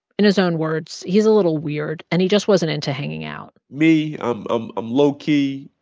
in his own words, he's a little weird. and he just wasn't into hanging out me, i'm um lowkey.